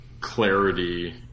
clarity